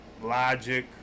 Logic